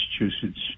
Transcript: Massachusetts